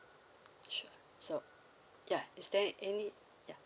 sure so yeah is there any